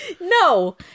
no